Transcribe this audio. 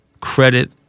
credit